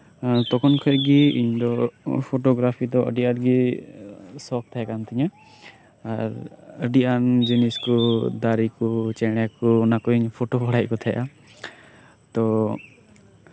ᱛᱚᱠᱷᱚᱱ ᱠᱷᱚᱱᱜᱮ photography ᱫᱚ ᱤᱧ ᱫᱚ ᱥᱚᱠᱷ ᱛᱟᱦᱮ ᱠᱟᱱ ᱛᱤᱧᱟᱹ ᱟᱹᱰᱤ ᱟᱸᱴ ᱡᱤᱱᱤᱥ ᱠᱚ ᱫᱟᱨᱮ ᱠᱚ ᱪᱮᱬᱮ ᱠᱚ ᱚᱱᱟ ᱠᱚᱧ ᱯᱷᱳᱴᱳ ᱵᱟᱲᱟᱭᱮᱫ ᱛᱟᱦᱮᱸᱫᱼᱟ ᱛᱚ